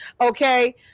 okay